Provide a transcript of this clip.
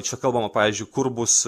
čia kalbama pavyzdžiui kur bus